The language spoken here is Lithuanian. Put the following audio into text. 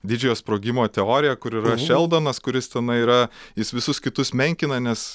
didžiojo sprogimo teorija kur yra šeldonas kuris tenai yra jis visus kitus menkina nes